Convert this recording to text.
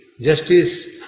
Justice